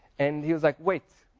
and he was like, wait!